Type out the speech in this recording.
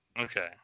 Okay